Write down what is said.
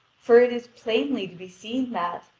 for it is plainly to be seen that,